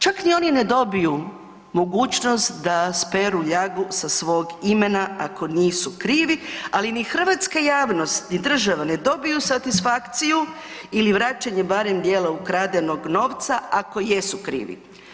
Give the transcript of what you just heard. Čak ni oni ne dobiju mogućnost da speru ljagu sa svog imena, ako nisu krivi, ali ni hrvatska javnost ni država ne dobiju satisfakciju ili vraćanje barem dijela ukradenog novca ako jesu krivi.